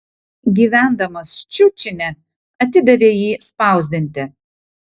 gyvendamas ščiučine atidavė jį spausdinti